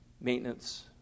maintenance